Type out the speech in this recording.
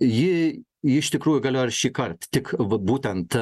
ji ji iš tikrųjų galioja ir šįkart tik va būtent